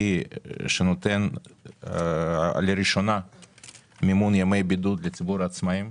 שנותן לראשונה מימון ימי בידוד לציבור העצמאים.